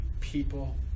people